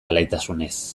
alaitasunez